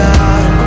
God